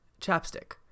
chapstick